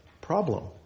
problem